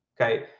okay